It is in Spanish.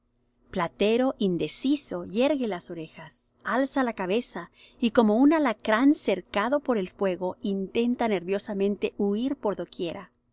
platero indeciso yergue las orejas alza la cabeza y como un alacrán cercado por el fuego intenta nervioso huir por doquiera